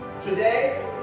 Today